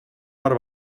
mar